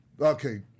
Okay